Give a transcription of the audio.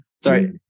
Sorry